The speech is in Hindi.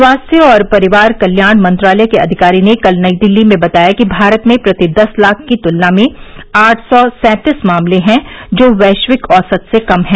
स्वास्थ्य और परिवार कल्याण मंत्रालय के अधिकारी ने कल नई दिल्ली में बताया कि भारत में प्रति दस लाख की तुलना में आठ सौ सैंतीस मामले हैं जो वैश्विक औसत से कम है